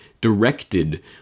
directed